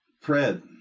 Fred